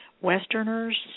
Westerners